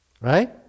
Right